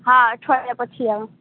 હા અઠવાડિયા પછી આવે